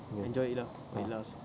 ya ah